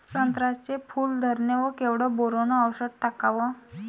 संत्र्याच्या फूल धरणे वर केवढं बोरोंन औषध टाकावं?